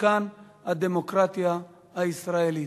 משכן הדמוקרטיה הישראלית.